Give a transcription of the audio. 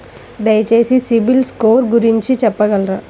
దయచేసి సిబిల్ స్కోర్ గురించి చెప్పగలరా?